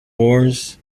wars